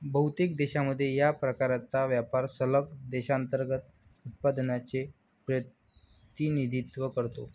बहुतेक देशांमध्ये, या प्रकारचा व्यापार सकल देशांतर्गत उत्पादनाचे प्रतिनिधित्व करतो